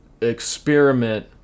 experiment